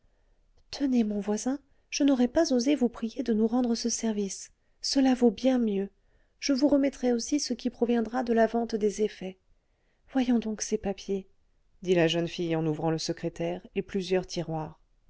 tenez mon voisin je n'aurais pas osé vous prier de nous rendre ce service cela vaut bien mieux je vous remettrai aussi ce qui proviendra de la vente des effets voyons donc ces papiers dit la jeune fille en ouvrant le secrétaire et plusieurs tiroirs